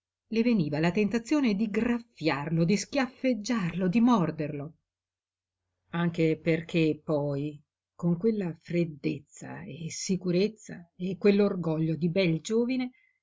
le veniva la tentazione di graffiarlo di schiaffeggiarlo di morderlo anche perché poi con quella freddezza e sicurezza e quell'orgoglio di